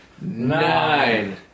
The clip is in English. nine